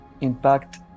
impact